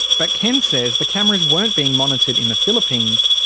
but ken says the cameras weren't being monitored in the philippines,